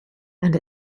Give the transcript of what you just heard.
and